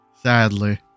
Sadly